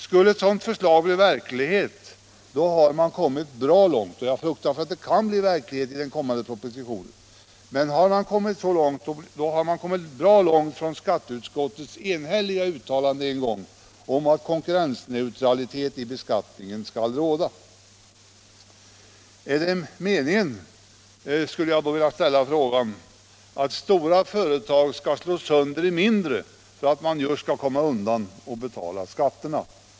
Skulle ett sådant förslag bli verklighet — och jag fruktar att det kan bli verklighet i den kommande propositionen — har man kommit bra långt från skatteutskottets enhälliga uttalande om konkurrensneutralitet i beskattningen. Är det meningen att stora företag skall slås sönder i mindre för att de skall komma undan skatterna?